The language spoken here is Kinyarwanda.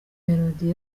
melodie